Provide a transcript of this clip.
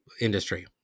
industry